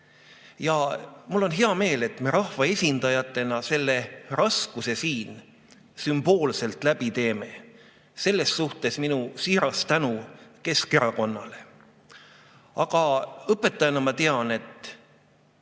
mul on hea meel, et me rahvaesindajatena selle raskuse siin sümboolselt läbi teeme. Selle eest minu siiras tänu Keskerakonnale. Aga õpetajana ma tean, et